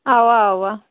اوا اوا